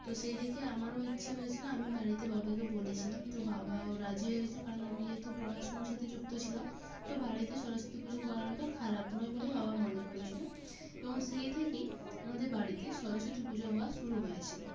তো সে দেখে আমারও ইচ্ছে হয়েছিলো আমি বাড়িতে বাবাকে বলেছিলাম তো বাবাও রাজি হয়ে গেছিলো কারণ আমি যেহেতু পড়াশুনোর সাথে যুক্ত ছিলাম তো বাড়িতে সরস্বতী পুজো করাটা খারাপ নয় বলে বাবা মনে করেছিলো এবং সেই থেকেই আমাদের বাড়িতে সরস্বতী পুজো হওয়া শুরু হয়েছিলো